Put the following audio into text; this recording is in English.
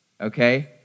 okay